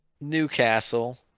Newcastle